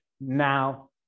now